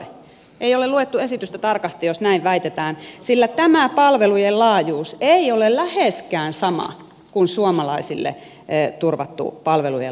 ei ole luettu esitystä tarkasti jos näin väitetään sillä tämä palvelujen laajuus ei ole läheskään sama kuin suomalaisille turvattu palvelujen laajuus